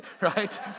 right